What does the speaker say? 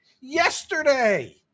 yesterday